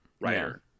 writer